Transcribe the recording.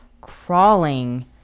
crawling